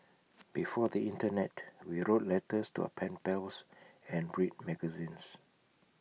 before the Internet we wrote letters to our pen pals and read magazines